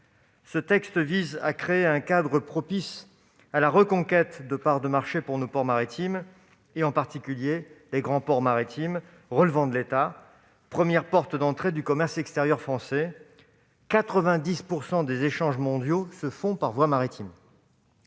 Ce texte vise à créer un cadre propice à la reconquête de parts de marché pour nos ports maritimes, en particulier les grands ports maritimes relevant de l'État, premières portes d'entrée du commerce extérieur français. Il faut savoir que 90 % des échanges mondiaux se font par voie maritime.